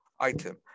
Item